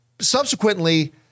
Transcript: subsequently